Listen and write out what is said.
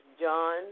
John